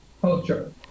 culture